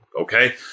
Okay